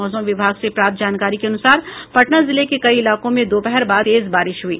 मौसम विभाग से प्राप्त जानकारी के अनुसार पटना जिले के कई इलाकों में दोपहर बाद हुई तेज बारिश हुई